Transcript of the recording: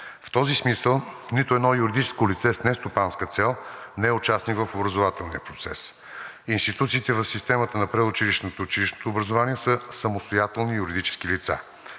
В този смисъл нито едно юридическо лице с нестопанска цел не е участник в образователния процес. Институциите в системата на предучилищното и училищното образование са самостоятелни юридически лица.